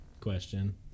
question